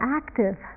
active